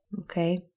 okay